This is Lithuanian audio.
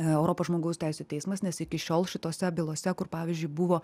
europos žmogaus teisių teismas nes iki šiol šitose bylose kur pavyzdžiui buvo